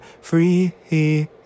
free